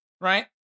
Right